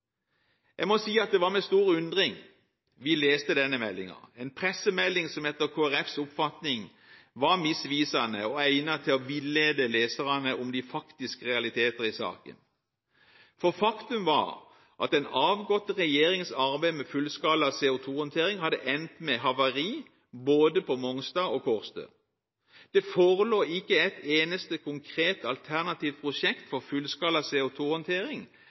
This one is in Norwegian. Jeg må si at det var med stor undring vi leste denne meldingen – en pressemelding som etter Kristelig Folkepartis oppfatning var misvisende og egnet til å villede leserne om de faktiske realiteter i saken. For faktum var at den avgåtte regjeringens arbeid med fullskala CO2-håndtering hadde endt med havari både på Mongstad og på Kårstø. Det forelå ikke et eneste konkret alternativt prosjekt for fullskala